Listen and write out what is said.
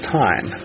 time